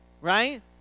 Right